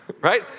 Right